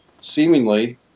seemingly